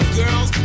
girls